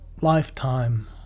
lifetime